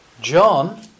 John